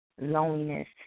loneliness